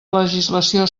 legislació